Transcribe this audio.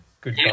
good